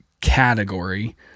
category